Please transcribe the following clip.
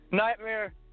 Nightmare